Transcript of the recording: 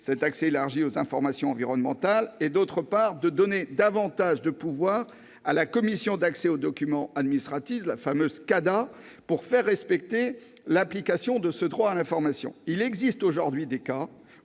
un accès élargi aux informations environnementales et, d'autre part, de donner davantage de pouvoir à la Commission d'accès aux documents administratifs, la fameuse CADA, pour faire respecter l'application de ce droit à l'information. Il existe aujourd'hui des cas